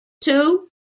Two